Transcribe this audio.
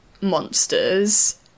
monsters